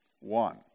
One